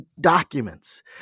documents